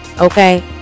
Okay